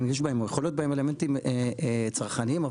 חלות בהן אלמנטים צרכניים,